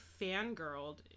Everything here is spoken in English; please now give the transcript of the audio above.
fangirled